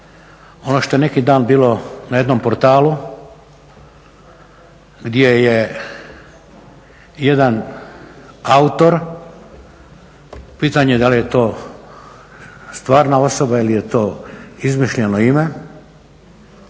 ono što je neki dan bilo na jednom portalu gdje je jedan autor, pitanje da li je to stvarna osoba ili je to izmišljeno ime